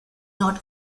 not